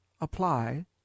apply